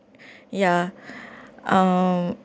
yeah uh